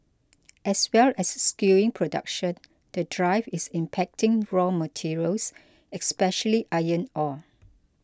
as well as skewing production the drive is impacting raw materials especially iron ore